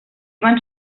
van